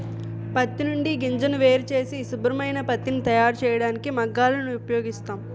పత్తి నుండి గింజను వేరుచేసి శుభ్రమైన పత్తిని తయారుచేయడానికి మగ్గాలను ఉపయోగిస్తాం